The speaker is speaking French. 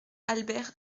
albert